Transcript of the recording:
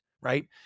right